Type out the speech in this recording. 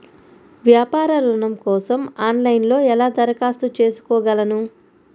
వ్యాపార ఋణం కోసం ఆన్లైన్లో ఎలా దరఖాస్తు చేసుకోగలను?